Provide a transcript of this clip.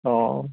अ